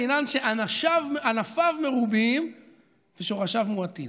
לאילן שענפיו מרובים ושורשיו מועטים.